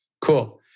Cool